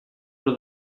from